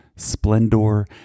Splendor